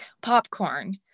Popcorn